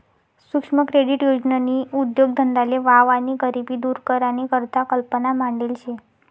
सुक्ष्म क्रेडीट योजननी उद्देगधंदाले वाव आणि गरिबी दूर करानी करता कल्पना मांडेल शे